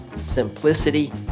simplicity